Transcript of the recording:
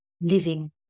living